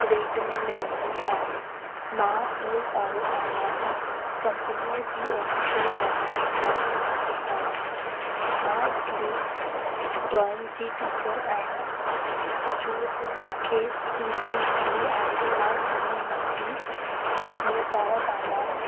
rate में मिलंदो आहे मां हीअ सॼो सामान कंपनीअ जी ऑफिशियल वेबसाइट तां ख़रीदी आहिया मां हिकिड़ी ड्रॉइंग जी टीचर आहियां जो बि मूंखे फीस मिलंदी आहे मां हुन मां ई हीअ सारा सामानु